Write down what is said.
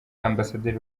amabasaderi